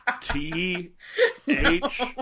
T-H